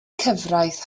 cyfraith